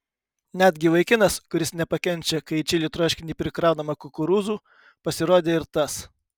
netgi vaikinas kuris nepakenčia kai į čili troškinį prikraunama kukurūzų pasirodė ir tas